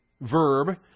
verb